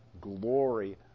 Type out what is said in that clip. glory